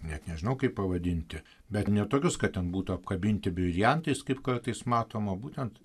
net nežinau kaip pavadinti bet ne tokius kad ten būtų apkabinti briliantais kaip kartais matome būtent